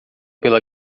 pela